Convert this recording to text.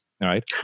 right